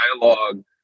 dialogue